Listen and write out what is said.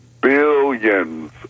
billions